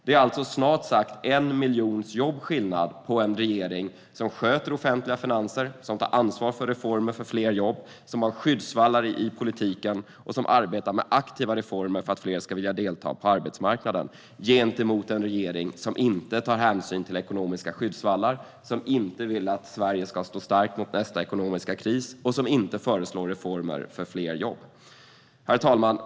Det är alltså snart sagt en skillnad på 1 miljon jobb mellan en regering som sköter offentliga finanser, som tar ansvar för reformer för fler jobb, som har skyddsvallar i politiken och som arbetar med aktiva reformer för att fler ska vilja delta på arbetsmarknaden och en regering som inte tar hänsyn till ekonomiska skyddsvallar, som inte vill att Sverige ska stå starkt vid nästa ekonomiska kris och som inte föreslår reformer för fler jobb. Herr talman!